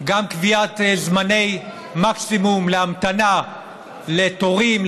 גם קביעת זמני מקסימום להמתנה לתורים,